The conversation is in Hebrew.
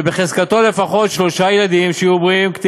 שבחזקתו לפחות שלושה ילדים, שיהיו בריאים, קטינים,